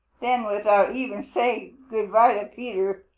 then without even saying good-by to peter,